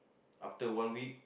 after one week